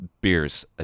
beers